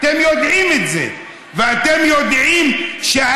אתם יודעים את זה.